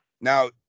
Now